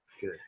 good